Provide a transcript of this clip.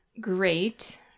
great